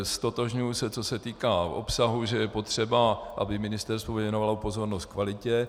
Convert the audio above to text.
Ztotožňuji se, co se týká obsahu, že je potřeba, aby ministerstvo věnovalo pozornost kvalitě.